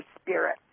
spirit